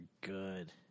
good